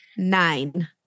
Nine